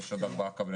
יש אתו עוד 4 קבלנים.